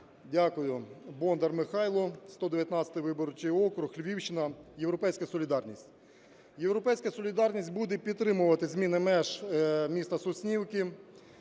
Дякую. Бондар Михайло, 119 виборчий округ, Львівщина, "Європейська солідарність". "Європейська солідарність" буде підтримувати зміни меж міста Соснівки.